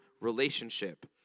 relationship